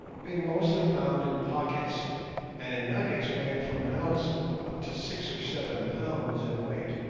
being mostly found in pockets and in nuggets weighing from an ounce up to six or seven pounds in weight.